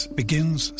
begins